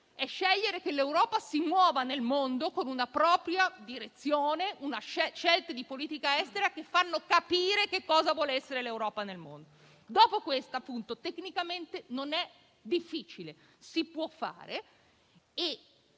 e scegliere che l'Europa si muova nel mondo con una propria direzione e scelte di politica estera che fanno capire che cosa vuole essere l'Europa nel mondo. Ripeto, tecnicamente non è difficile e si può fare.